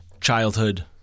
childhood